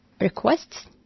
requests